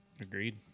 Agreed